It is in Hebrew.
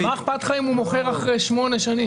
מה אכפת לך אם הוא מוכר אחרי 8 שנים?